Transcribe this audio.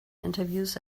interviews